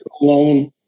alone